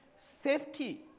safety